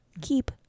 keep